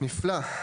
נפלא.